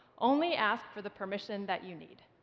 only ask for the permission that you need.